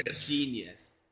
genius